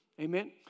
Amen